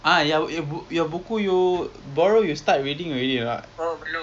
ah yang your your buku you borrow you start reading already or not